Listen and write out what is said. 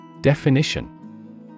Definition